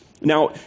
Now